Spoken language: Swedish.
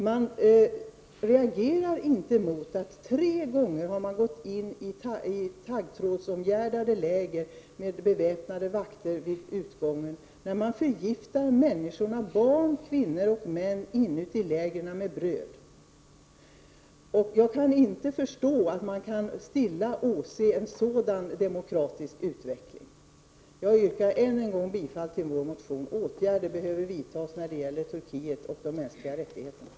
Man reagerar inte mot att man tre gånger har gått in i taggtrådsomgärdade läger med beväpnade vakter vid utgången. Människor — barn, kvinnor och män — förgiftas genom det bröd de äter i lägren. Jag kan inte förstå hur en sådan utveckling kan åses. Jag yrkar än en gång bifall till miljöpartiets reservation. Åtgärder behöver vidtas när det gäller Turkiet och de mänskliga rättigheterna.